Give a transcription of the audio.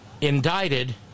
indicted